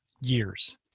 years